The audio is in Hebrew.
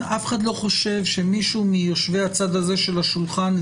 אף אחד לא חושב שמישהו מיושבי הצד הזה של השולחן,